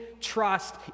trust